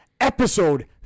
episode